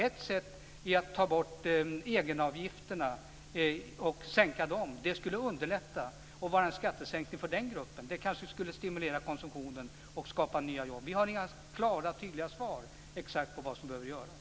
Ett sätt är att sänka eller ta bort egenavgifterna. Det skulle bli en skattesänkning för den gruppen, som kanske skulle stimulera konsumtionen och skapa nya jobb. Vi har inga klara och tydliga svar på vad som exakt behöver göras.